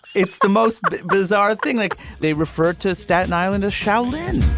it's the most bizarre thing like they refer to staten island as sheldon